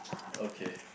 okay